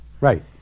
Right